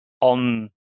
on